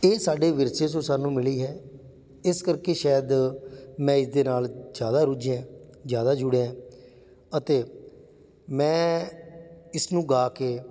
ਇਹ ਸਾਡੇ ਵਿਰਸੇ 'ਚੋਂ ਸਾਨੂੰ ਮਿਲੀ ਹੈ ਇਸ ਕਰਕੇ ਸ਼ਾਇਦ ਮੈਂ ਇਸ ਦੇ ਨਾਲ ਜ਼ਿਆਦਾ ਰੁੱਝਿਆ ਜ਼ਿਆਦਾ ਜੁੜਿਆ ਅਤੇ ਮੈਂ ਇਸ ਨੂੰ ਗਾ ਕੇ